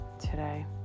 today